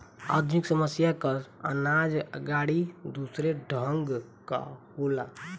आधुनिक समय कअ अनाज गाड़ी दूसरे ढंग कअ होला